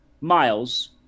miles